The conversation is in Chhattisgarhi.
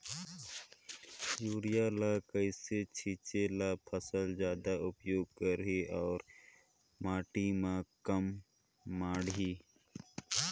युरिया ल कइसे छीचे ल फसल जादा उपयोग करही अउ माटी म कम माढ़ही?